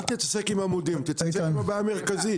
אל תתעסק עם עמודים; תתעסק בבעיה המרכזית.